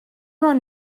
ond